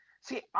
see